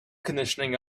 conditioning